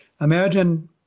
imagine